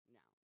now